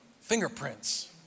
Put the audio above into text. fingerprints